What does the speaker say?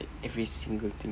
every single thing